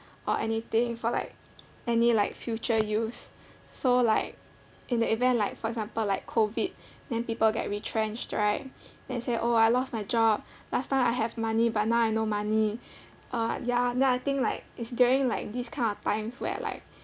or anything for like any like future use so like in the event like for example like COVID then people get retrenched right then say oh I lost my job last time I have money but now I no money uh ya then I think like it's during like these kind of times where like